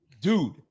Dude